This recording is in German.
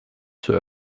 zur